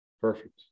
Perfect